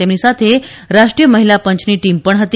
તેમની સાથે રાષ્ટ્રીય મહિલા પંચની ટીમ પણ હતી